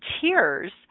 tears